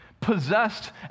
possessed